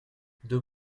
deux